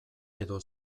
edo